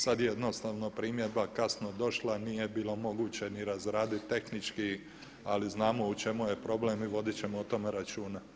Sad jednostavno primjedba kasno došla, nije bilo moguće ni razraditi tehnički ali znamo u čemu je problem i vodit ćemo o tome računa.